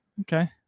okay